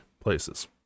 places